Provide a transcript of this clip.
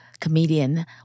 comedian